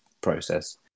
process